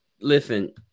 listen